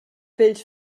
vells